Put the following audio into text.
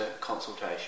consultation